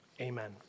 Amen